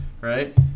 right